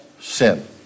sin